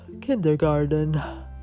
Kindergarten